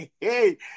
Hey